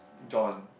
John